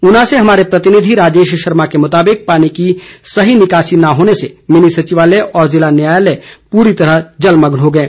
ऊना से हमारे प्रतिनिधि राजेश शर्मा के मुताबिक पानी की सही निकासी न होने से मिनी सचिवालय और जिला न्यायालय पूरी तरह जलमग्न हो गए